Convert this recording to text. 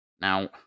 Now